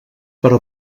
però